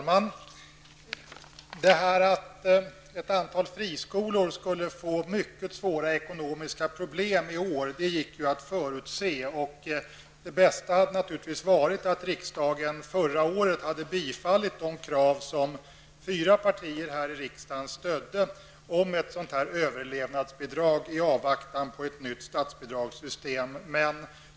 Fru talman! Att ett antal friskolor skulle få mycket svåra ekonomiska problem i år gick att förutse. Det bästa hade naturligtvis varit att riksdagen förra året hade bifallit det förslag om ett överlevnadsbidrag i avvaktan på ett nytt statsbidragssystem som fyra partier stödde.